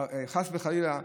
חס וחלילה,